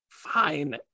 Fine